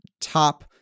top